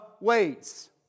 waits